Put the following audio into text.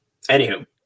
anywho